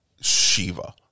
Shiva